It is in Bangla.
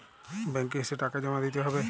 ব্যাঙ্ক এ এসে টাকা জমা দিতে হবে?